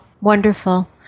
wonderful